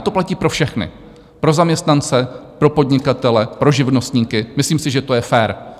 A to platí pro všechny pro zaměstnance, pro podnikatele, pro živnostníky, myslím si, že to je fér.